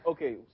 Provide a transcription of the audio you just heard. Okay